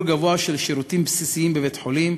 גבוה של שירותים בסיסיים בבית-חולים,